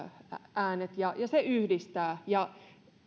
äänet ja se yhdistää